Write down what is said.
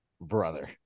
brother